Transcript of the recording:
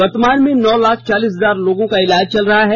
वर्तमान में नौ लाख चालीस हजार लोगों का इलाज चल रहा है